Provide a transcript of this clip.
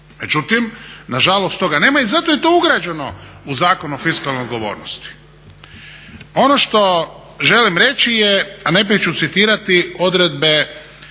Međutim, na žalost toga nema i zato je to ugrađeno u Zakon o fiskalnoj odgovornosti. Ono što želim reći je, a najprije ću citirati odredbe